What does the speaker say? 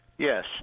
Yes